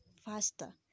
faster